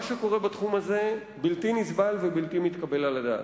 מה שקורה בתחום הזה בלתי נסבל ובלתי מתקבל על הדעת.